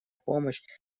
помощь